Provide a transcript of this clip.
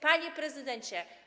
Panie Prezydencie!